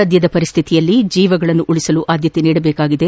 ಸದ್ದದ ಪರಿಸ್ಟಿತಿಯಲ್ಲಿ ಜೀವಗಳನ್ನು ಉಳಿಸಲು ಆದ್ಯತೆ ನೀಡಬೇಕಾಗಿದೆ